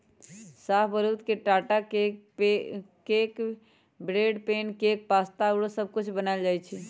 शाहबलूत के टा से cake, bread, pancake, pasta आउरो सब कुछ बनायल जाइ छइ